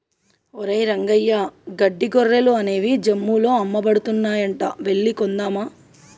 ఒరేయ్ రంగయ్య గడ్డి గొర్రెలు అనేవి జమ్ముల్లో అమ్మబడుతున్నాయంట వెళ్లి కొందామా